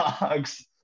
dogs